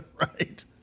Right